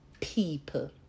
people